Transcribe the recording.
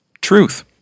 truth